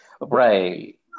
Right